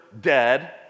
dead